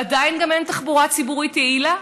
ועדיין גם אין תחבורה ציבורית יעילה